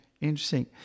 Interesting